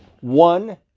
one